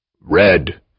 Red